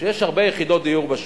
כשיש הרבה יחידות דיור בשוק,